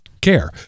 care